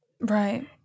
Right